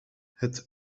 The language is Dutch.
het